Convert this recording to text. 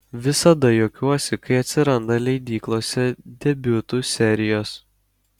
visada juokiuosi kai atsiranda leidyklose debiutų serijos